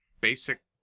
basic